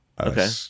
Okay